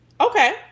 Okay